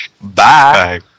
Bye